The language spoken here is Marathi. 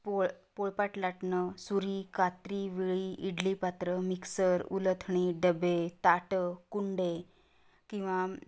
पोळ पोळपाट लाटणं सुरी कात्री विळी इडली पात्र मिक्सर उलथणी डबे ताटं कुंडे किंवा